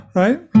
right